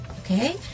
Okay